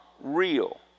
real